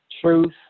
truth